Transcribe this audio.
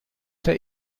der